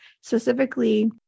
specifically